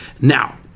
Now